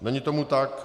Není tomu tak.